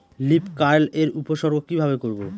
Leaf curl এর উপসর্গ কিভাবে করব?